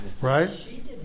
right